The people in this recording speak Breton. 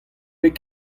bet